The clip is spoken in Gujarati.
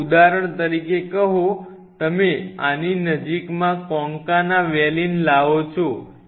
હવે ઉદાહરણ તરીકે કહો તમે આની નજીકમાં કોન્કાના વેલીન લાવો છો